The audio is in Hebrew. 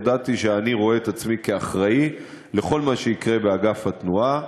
הודעתי שאני רואה את עצמי כאחראי לכל מה שיקרה באגף התנועה.